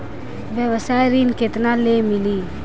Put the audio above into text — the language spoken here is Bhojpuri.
व्यवसाय ऋण केतना ले मिली?